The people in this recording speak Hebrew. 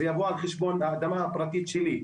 זה יבוא על חשבון האדמה הפרטית שלי.